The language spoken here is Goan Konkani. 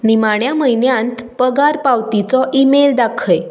निमाण्या म्हयन्यां त पगार पावतीचो ईमेल दाखय